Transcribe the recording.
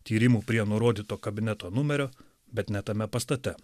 tyrimų prie nurodyto kabineto numerio bet ne tame pastate